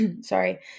Sorry